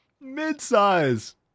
Mid-size